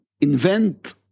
invent